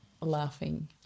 laughing